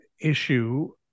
issue